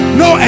no